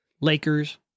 Lakers